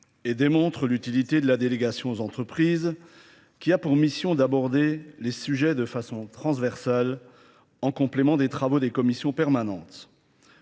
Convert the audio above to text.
et démontrent l'utilité de la délégation aux entreprises qui a pour mission d'aborder les sujets de façon transversale en complément des travaux des commissions permanentes.